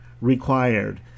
required